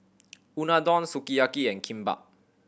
Unadon Sukiyaki and Kimbap